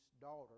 daughter